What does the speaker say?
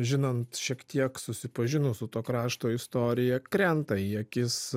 žinant šiek tiek susipažinus su to krašto istorija krenta į akis